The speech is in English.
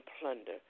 plunder